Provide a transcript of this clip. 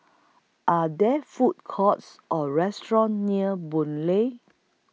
Are There Food Courts Or restaurants near Boon Lay